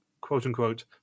quote-unquote